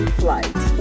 flight